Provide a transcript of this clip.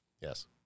Yes